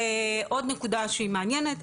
עוד נקודה שהיא מעניינת,